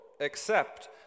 Except